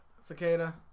Cicada